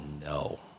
no